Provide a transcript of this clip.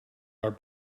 are